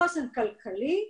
מחוסן כלכלי,